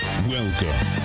Welcome